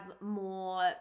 more